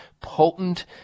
potent